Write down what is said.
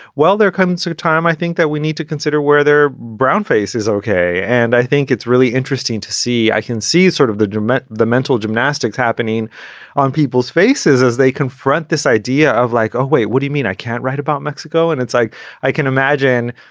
well, there comes a time, i think, that we need to consider where there brown faces, ok? and i think it's really interesting to see. i can see sort of the diament the mental gymnastics happening on people's faces as they confront this idea of like, oh, wait, what do you mean i can't write about mexico? and it's like i can imagine,